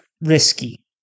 risky